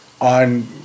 on